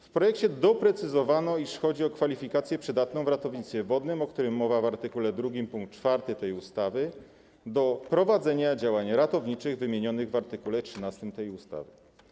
W projekcie doprecyzowano, iż chodzi o kwalifikację przydatną w ratownictwie wodnym, o którym mowa w art. 2 pkt 4 tej ustawy, do prowadzenia działań ratowniczych wymienionych w art. 13 tej ustawy.